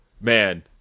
man